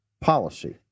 policy